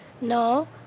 No